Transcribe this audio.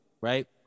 right